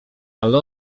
ale